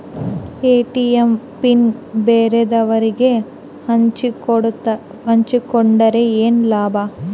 ATM PIN ಬ್ಯಾರೆದವರಗೆ ಹಂಚಿಕೊಂಡರೆ ಏನು ಲಾಭ?